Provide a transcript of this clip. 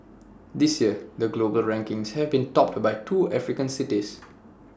this year the global rankings have been topped by two African cities